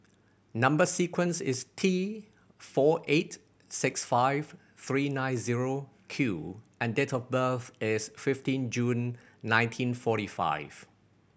number sequence is T four eight six five three nine zero Q and date of birth is fifteen June nineteen forty five